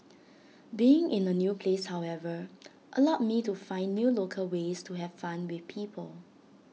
being in A new place however allowed me to find new local ways to have fun with people